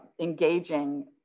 engaging